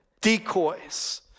decoys